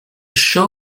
show